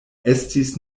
estis